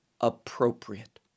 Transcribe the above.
appropriate